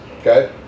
Okay